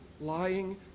lying